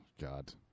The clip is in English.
God